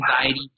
anxiety